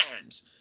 times